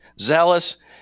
zealous